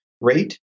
rate